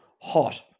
hot